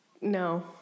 No